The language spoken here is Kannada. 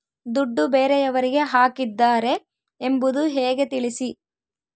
ದುಡ್ಡು ಬೇರೆಯವರಿಗೆ ಹಾಕಿದ್ದಾರೆ ಎಂಬುದು ಹೇಗೆ ತಿಳಿಸಿ?